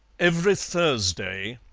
every thursday,